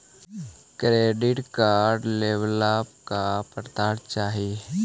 Credit card लेवेला का पात्रता चाही?